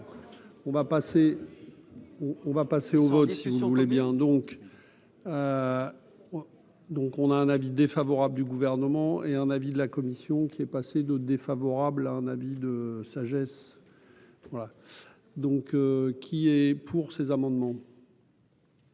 on va passer au vote, si, si vous voulez bien, donc, donc on a un avis défavorable du gouvernement et un avis de la commission qui est passé d'autres défavorables, un avis de sagesse voilà donc qui est pour ces amendements.